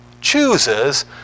chooses